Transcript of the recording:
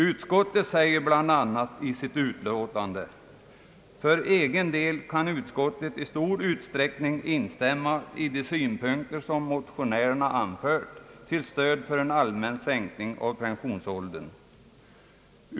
Utskottet säger bl.a. i sitt utlåtande: »För egen del kan utskottet i stor utsträckning instämma i de synpunkter som motionärerna anfört till stöd för en allmän sänkning av pensionsåldern.